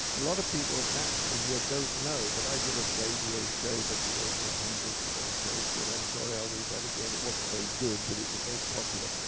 a lot of people naturally here don't know but i did a radio show that did over one ah hundred shows called, i'm sorry, i'll read that again. it wasn't very good, but it was very popular.